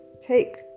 take